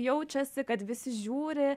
jaučiasi kad visi žiūri